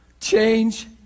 change